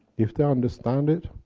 if they understand it,